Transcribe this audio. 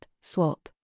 swap